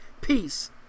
peace